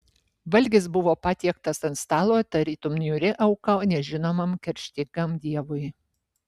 valgis buvo patiektas ant stalo tarytum niūri auka nežinomam kerštingam dievui